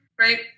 right